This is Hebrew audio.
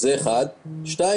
שנית,